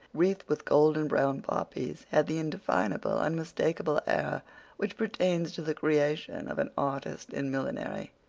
wreathed with golden-brown poppies had the indefinable, unmistakable air which pertains to the creation of an artist in millinery.